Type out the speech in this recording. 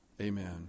Amen